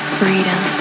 freedom